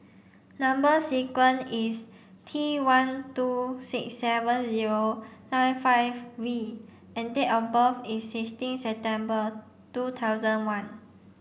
number sequence is T one two six seven zero nine five V and date of birth is sixteen September two thousand one